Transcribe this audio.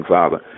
Father